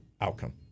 outcome